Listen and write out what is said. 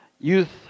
Youth